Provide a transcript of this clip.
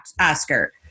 Oscar